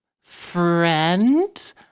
friend